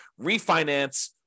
refinance